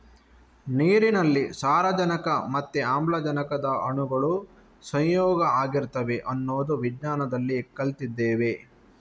ನೀರಿನಲ್ಲಿ ಸಾರಜನಕ ಮತ್ತೆ ಆಮ್ಲಜನಕದ ಅಣುಗಳು ಸಂಯೋಗ ಆಗಿರ್ತವೆ ಅನ್ನೋದು ವಿಜ್ಞಾನದಲ್ಲಿ ಕಲ್ತಿದ್ದೇವೆ